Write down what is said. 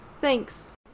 Thanks